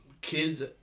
kids